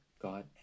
god